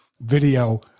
video